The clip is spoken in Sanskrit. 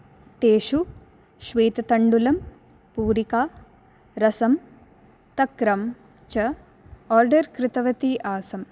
तेषु श्वेततण्डुलं पूरिका रसं तक्रं च आर्डर् कृतवती आसं